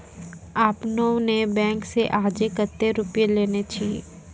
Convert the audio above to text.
आपने ने बैंक से आजे कतो रुपिया लेने छियि?